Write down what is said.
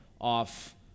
off